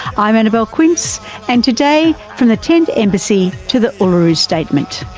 i'm annabelle quince and today, from the tent embassy to the uluru statement.